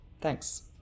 Thanks